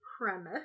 premise